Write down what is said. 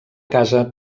casa